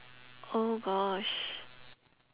oh gosh